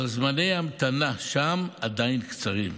אבל זמני ההמתנה שם עדיין קצרים.